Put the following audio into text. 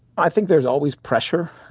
i think there's always pressure.